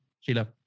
Sheila